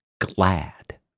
glad